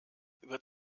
wird